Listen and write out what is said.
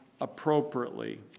appropriately